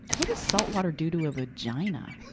what does saltwater do to a vagina?